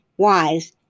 wise